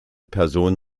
person